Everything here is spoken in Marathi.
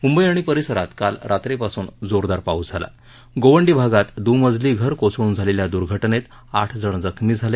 मुंबई आणि परिसरात काल रात्रीपासून जोरदार पाऊस झाला गोवंडी भागात दुमजली घर कोसळून झालेल्या दुर्घटनेत आठ जण जखमी झाले